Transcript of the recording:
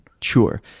Sure